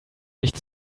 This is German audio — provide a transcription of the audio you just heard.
nicht